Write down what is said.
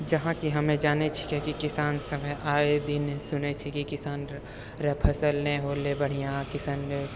जहाँकि हमे जानै छियै कि किसान सभ आये दिन सुनै छी कि किसान रऽ फसल नहि होलै बढ़िआँ किसान